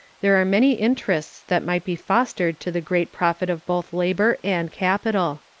there are many interests that might be fostered to the great profit of both labor and capital.